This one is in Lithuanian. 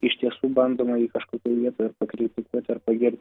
iš tiesų bandoma jį kažkokioje ir pakritikuot ar pagirt